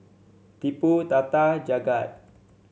Tipu Tata Jagat